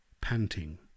panting